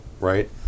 right